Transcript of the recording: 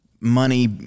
money